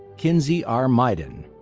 kinsey r. meiden.